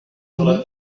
ornée